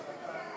לא,